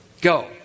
Go